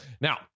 now